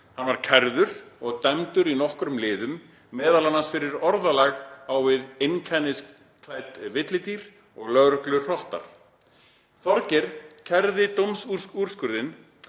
Hann var kærður og dæmdur í nokkrum liðum, meðal annars fyrir orðalag á við „einkenniskædd villidýr“ og „lögregluhrottar“. Þorgeir kærði dómsúrskurðinn